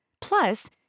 Plus